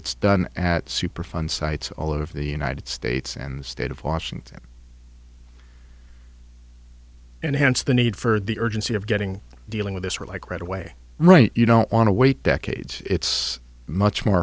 it's done at superfund sites all over the united states and the state of washington and hence the need for the urgency of getting dealing with this or like right away right you don't want to wait decades it's much more